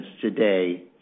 today